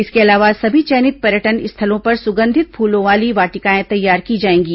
इसके अलावा सभी चयनित पर्यटन स्थलों पर सुगंधित फूलों वाली वाटिकाएं तैयार की जाएंगी